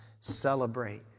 Celebrate